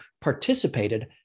participated